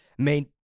main